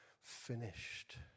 finished